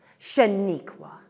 Shaniqua